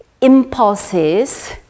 impulses